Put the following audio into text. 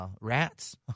rats